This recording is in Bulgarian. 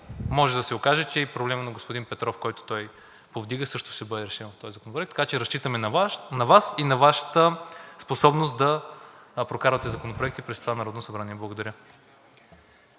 може да се окаже, че и проблемът, който повдига господин Петров, също ще бъде решен в този законопроект. Така че разчитаме на Вас и на Вашата способност да прокарате законопроекти в това Народно събрание. Благодаря.